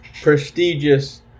prestigious